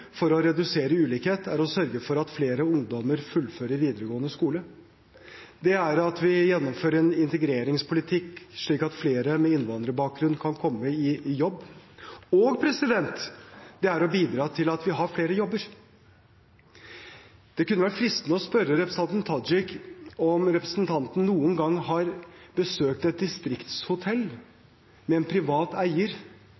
for å redusere ulikhet, er å sørge for at flere ungdommer fullfører videregående skole, å gjennomføre en integreringspolitikk slik at flere med innvandrerbakgrunn kan komme i jobb, og å bidra til at vi har flere jobber. Det kunne være fristende å spørre representanten Tajik om representanten noen gang har besøkt et